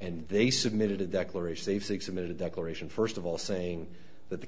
and they submitted a declaration save six amid a declaration first of all saying that the